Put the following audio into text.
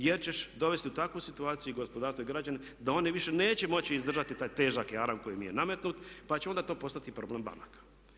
Jer ćeš dovesti u takvu situaciju i gospodarstvo i građane da oni više neće moći izdržati taj težak jaram koji im je nametnut pa će onda to postati i problem banaka.